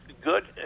good